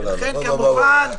לא, לא, אוסאמה.